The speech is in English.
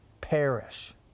perish